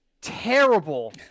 terrible